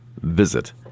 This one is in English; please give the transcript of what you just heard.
visit